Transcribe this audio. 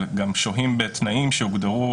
זמנים קיצוניים דורשים פתרונות קיצוניים.